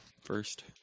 first